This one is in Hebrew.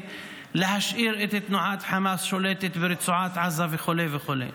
להשאיר את תנועת חמאס שולטת ברצועת עזה וכו' וכו'.